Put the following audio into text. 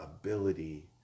ability